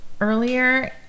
earlier